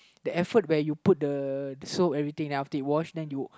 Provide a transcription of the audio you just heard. the effort where you put the soap everything then after you wash then you